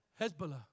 Hezbollah